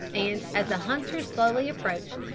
and as the hunters slowly approached,